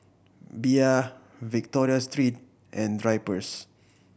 Bia Victoria Secret and Drypers